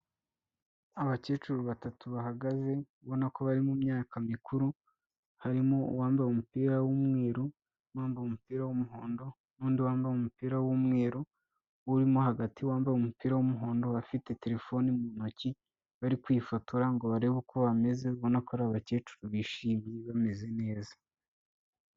Abakecuru batatu bahagaze ubonako bari mu myaka mikuru, harimo uwambaye umupira w'umweru n'uwambaye umupira w'umuhondo n'undi wambaye umupira w'umweru, urimo hagati wambaye umupira w'umuhondo afite telefoni mu ntoki bari kwifotora ngo barebe uko bameze, ubonako ari abakecuru bishimye bameze neza.